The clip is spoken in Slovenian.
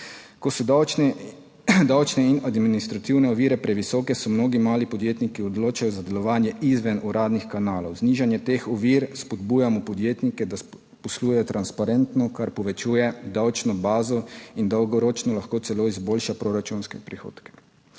Ko so davčne in administrativne ovire previsoke, se mnogi mali podjetniki odločajo za delovanje izven uradnih kanalov. Z znižanjem teh ovir spodbujamo podjetnike, da poslujejo transparentno, kar povečuje davčno bazo in dolgoročno lahko celo izboljša proračunske prihodke.